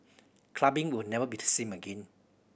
clubbing will never be the same again